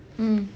mm